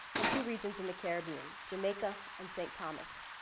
and two regions in the caribbean, jamaica and st. thomas.